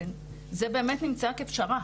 באמת נמצא כפשרה.